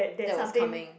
that was coming